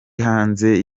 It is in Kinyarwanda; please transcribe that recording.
hanze